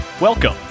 Welcome